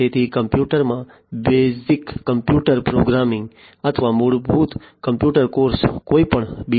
તેથી કોમ્પ્યુટરમાં basic computer programming અથવા મૂળભૂત કોમ્પ્યુટર કોર્સ કોઈપણ બી